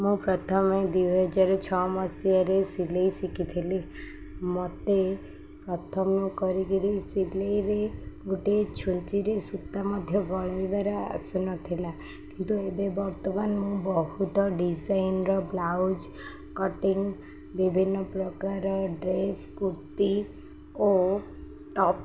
ମୁଁ ପ୍ରଥମେ ଦୁଇହଜାର ଛଅ ମସିହାରେ ସିଲେଇ ଶିଖିଥିଲି ମୋତେ ପ୍ରଥମ କରିକି ସିଲେଇରେ ଗୋଟେ ଛୁଞ୍ଚିରେ ସୂତା ମଧ୍ୟ ଗଳାଇବାର ଆସୁନଥିଲା କିନ୍ତୁ ଏବେ ବର୍ତ୍ତମାନ ମୁଁ ବହୁତ ଡିଜାଇନ୍ର ବ୍ଲାଉଜ୍ କଟିଙ୍ଗ ବିଭିନ୍ନ ପ୍ରକାର ଡ୍ରେସ୍ କୁର୍ତ୍ତି ଓ ଟପ୍ସ